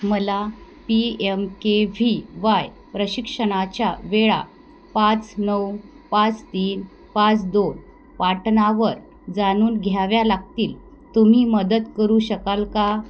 मला P M K V Y प्रशिक्षणाच्या वेळा पाच नऊ पाच तीन पाच दोन पाटणावर जाणून घ्याव्या लागतील तुम्ही मदत करू शकाल का